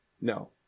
No